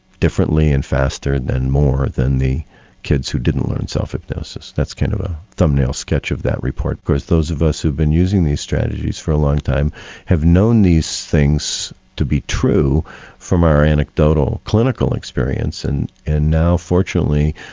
differently and faster and more than the kids who didn't learn self hypnosis. that's kind of a thumbnail sketch of that report. whereas those of us who had been using these strategies for a long time have known these things to be true from our anecdotal clinical experience and and now, fortunately,